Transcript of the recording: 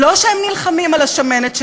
לא שהם נלחמים על השמנת שלהם,